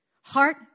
heart